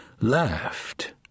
laughed